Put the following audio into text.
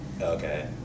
Okay